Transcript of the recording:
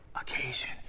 occasion